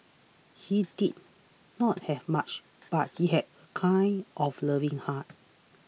he did not have much but he had a kind of loving heart